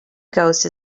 ghost